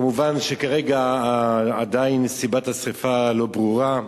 מובן שכרגע עדיין סיבת השרפה לא ברורה,